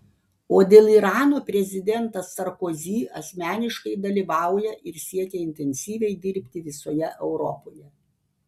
o dėl irano prezidentas sarkozy asmeniškai dalyvauja ir siekia intensyviai dirbti visoje europoje